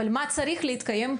אבל מה צריך להתקיים?